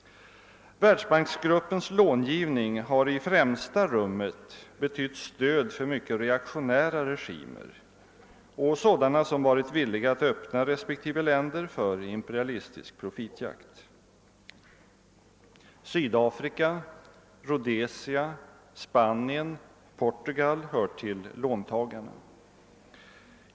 Världsbanksgruppens långivning har i främsta rummet betytt stöd för mycket reaktionära regimer och sådana som varit villiga att öppna respektive länder för imperialistisk profitjakt. Sydafrika, Rhodesia, Spanien och Portugal hör till låntagarna.